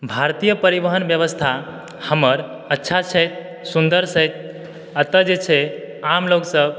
भारतीय परिवहन व्यवस्था हमर अच्छा छै सुन्दर छै एतय जे छै आम लोगसभ